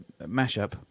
Mashup